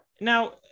now